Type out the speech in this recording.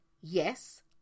Yes